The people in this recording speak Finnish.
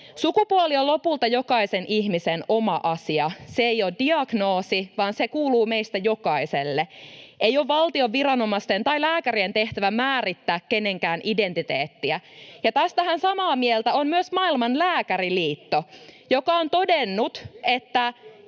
Sukupuoli on lopulta jokaisen ihmisen oma asia. Se ei ole diagnoosi, vaan se kuuluu meistä jokaiselle. Ei ole valtion viranomaisten tai lääkärien tehtävä määrittää kenenkään identiteettiä, ja tästähän samaa mieltä on myös Maailman lääkäriliitto, joka on todennut, että